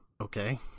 okay